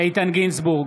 איתן גינזבורג,